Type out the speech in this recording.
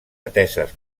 ateses